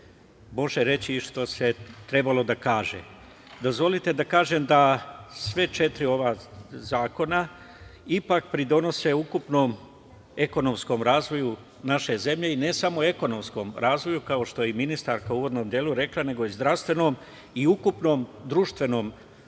može reći i što je trebalo da se kaže. Dozvolite da kažem da sva četiri zakona ipak doprinose ukupnom ekonomskom razvoju naše zemlje i ne samo ekonomskom, kao što je ministarka u uvodnom delu rekla, već i zdravstvenom i ukupnom društvenom razvoju